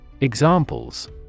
Examples